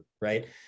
right